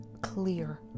clear